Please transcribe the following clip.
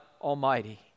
Almighty